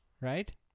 right